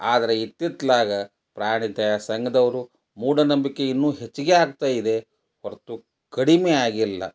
ಆದರೆ ಇತ್ತಿತ್ಲಾಗಿ ಪ್ರಾಣಿದಯಾ ಸಂಘದವ್ರು ಮೂಢನಂಬಿಕೆ ಇನ್ನೂ ಹೆಚ್ಚಿಗೆ ಆಗ್ತಾ ಇದೆ ಹೊರತು ಕಡಿಮೆ ಆಗಿಲ್ಲ